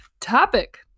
topic